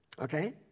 Okay